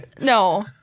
No